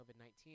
COVID-19